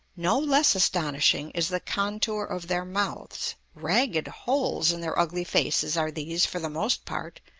no less astonishing is the contour of their mouths ragged holes in their ugly faces are these for the most part,